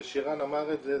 שירן אמר את זה,